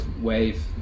wave